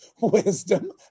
wisdom